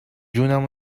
جونم